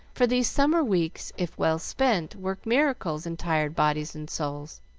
for these summer weeks, if well spent, work miracles in tired bodies and souls.